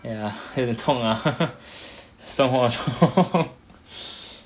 ya 有点痛 ah 生活痛